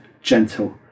gentle